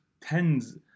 tens